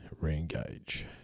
re-engage